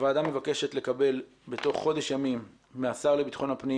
הוועדה מבקשת לקבל בתוך חודש ימים מהשר לבטחון הפנים